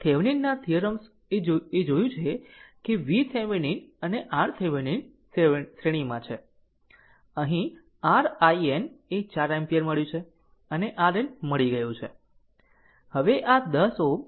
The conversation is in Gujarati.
થેવેનિન ના થીયરમ્સ એ જોયું છે કે V થેવેનિન અને RThevenin શ્રેણીમાં છે અહીં r IN ને 4 એમ્પીયર મળ્યું છે અને RN મળી ગયું છે